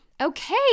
Okay